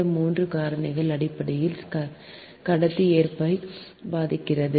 இந்த மூன்று காரணிகள் அடிப்படையில் கடத்தி எதிர்ப்பை பாதிக்கிறது